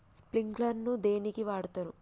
Sprinkler ను దేనికి వాడుతరు?